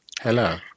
Hello